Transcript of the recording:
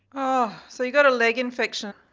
oh, so you've got a leg infection.